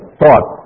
thought